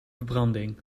verbranding